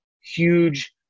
huge –